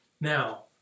Now